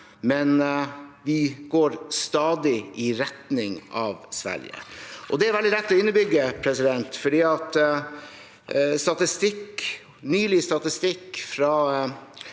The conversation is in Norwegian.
men vi går stadig i retning av Sverige. Det er veldig lett å underbygge, for nylig statistikk fra